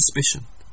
suspicion